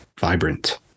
vibrant